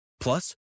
Plus